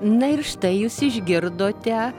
na ir štai jūs išgirdote